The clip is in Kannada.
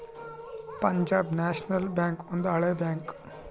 ಪಂಜಾಬ್ ನ್ಯಾಷನಲ್ ಬ್ಯಾಂಕ್ ಒಂದು ಹಳೆ ಬ್ಯಾಂಕ್